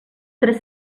tres